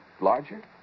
larger